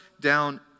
down